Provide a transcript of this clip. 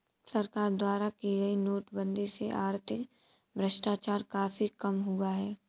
सरकार द्वारा की गई नोटबंदी से आर्थिक भ्रष्टाचार काफी कम हुआ है